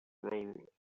rule